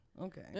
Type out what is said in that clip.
okay